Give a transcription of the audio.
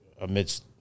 amidst